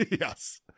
Yes